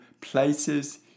places